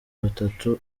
batatu